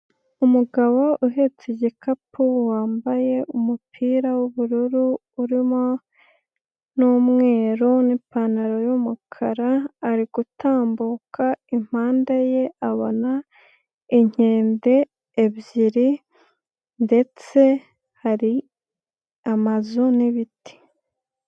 Umugabo uhetse igikapu wambaye umupira w'ubururu urimo n'umweru n'ipantaro y'umukara ari gutambuka impanda ye abona inkende ebyiri ndetse hari amazu n'ibiti.